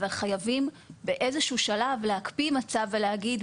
אבל חייבים באיזשהו שלב להקפיא מצב ולהגיד,